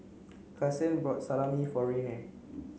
Kasen bought Salami for Ryne